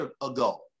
ago